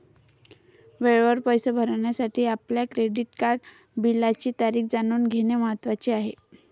वेळेवर पैसे भरण्यासाठी आपल्या क्रेडिट कार्ड बिलाची तारीख जाणून घेणे महत्वाचे आहे